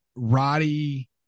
Roddy